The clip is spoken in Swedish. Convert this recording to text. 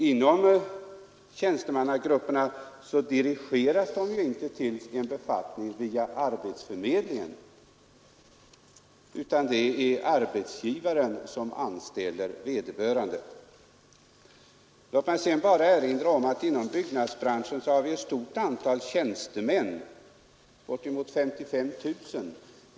Inom tjänstemannagruppen dirigeras ju vederbörande inte till en befattning via arbetsförmedlingen, utan det är arbetsgivaren som anställer befattningshavarna. Låt mig slutligen bara erinra om att inom byggnadsbranschen har vi ett stort antal tjänstemän — bortemot 55 000.